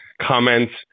comments